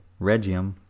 regium